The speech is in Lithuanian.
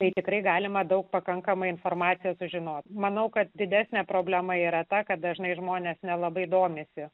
apytikriai galima daug pakankamai informacijos sužinoti manau kad didesnė problema yra ta kad dažnai žmonės nelabai domisi